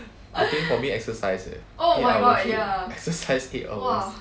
I think for me exercise eh eight hours straight exercise eight hours